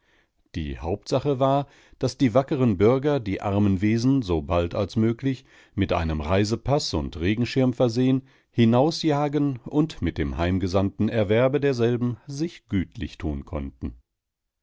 die hauptsache war daß die wackeren bürger die armen wesen so bald als möglich mit einem reisepaß und regenschirm versehen hinausjagen und mit dem heimgesandten erwerbe derselben sich gütlich tun konnten